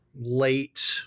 late